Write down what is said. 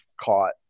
caught